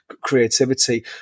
creativity